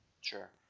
Sure